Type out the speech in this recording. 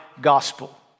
gospel